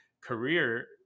career